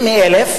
תיאורטיים.